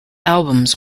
albums